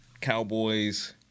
Cowboys